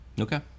Okay